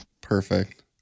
perfect